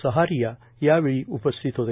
सहारियायावेळी उपस्थित होते